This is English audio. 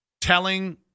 telling